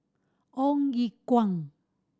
Ong Ye Kung